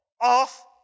off